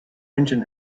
engine